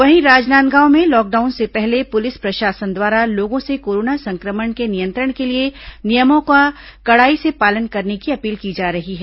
वहीं राजनांदगांव में लॉकडाउन से पहले पुलिस प्रशासन द्वारा लोगों से कोरोना संक्रमण के नियंत्रण के लिए नियमों का कड़ाई से पालन करने की अपील की जा रही है